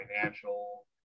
financial